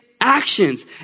actions